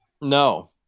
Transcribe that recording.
No